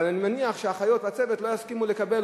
אבל אני מניח שהאחיות והצוות לא יסכימו לקבל,